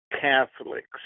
Catholics